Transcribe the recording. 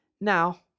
Now